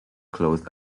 clothed